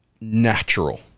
natural